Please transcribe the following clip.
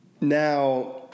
Now